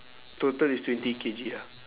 total is twenty K_G ah